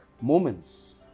moments